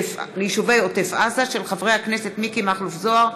בעקבות דיון מהיר בהצעתם של חברי הכנסת מיקי מכלוף זוהר,